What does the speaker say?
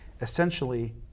essentially